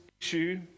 issue